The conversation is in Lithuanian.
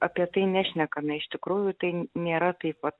apie tai nešnekame iš tikrųjų tai nėra taip va